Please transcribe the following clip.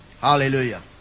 Hallelujah